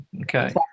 Okay